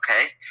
okay